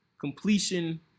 Completion